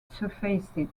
surfaced